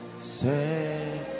say